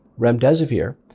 Remdesivir